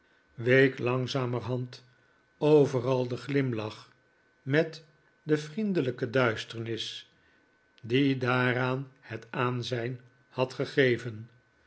week langzamerhand overal de glimlach met de vriendelijke duisternis die daaraan het aanzijn had gegeven